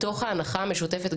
מתוך ההנחה המשותפת,